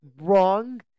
wrong